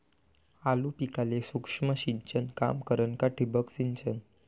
आलू पिकाले सूक्ष्म सिंचन काम करन का ठिबक सिंचन?